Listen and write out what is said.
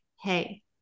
hey